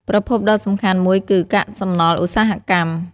ប្រភពដ៏សំខាន់មួយគឺ កាកសំណល់ឧស្សាហកម្ម។